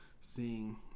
seeing